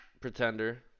pretender